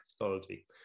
methodology